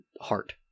heart